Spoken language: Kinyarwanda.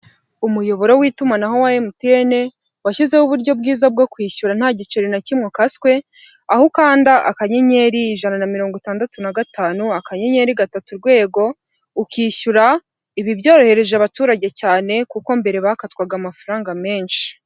Umuyoboro w'itumanaho wa emutiyene washyizeho uburyo bwiza bwo kwishyura nta giceri na kimwe ukaswe aho ukanda akanyenyeri ijana na mirongo itandatu na gatanu akanyenyeri gatatu urwego ukishyura. Ibi byorohereje abaturage cyane kuko mbere bakatwaga amafaranga menshi.